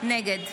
נגד